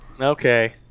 Okay